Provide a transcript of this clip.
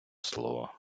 слова